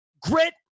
grit